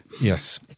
Yes